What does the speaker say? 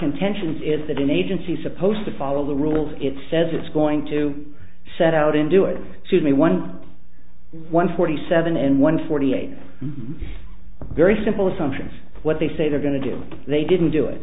contentions is that an agency supposed to follow the rules it says it's going to set out and do it to me one one forty seven and one forty eight very simple assumptions what they say they're going to do they didn't do it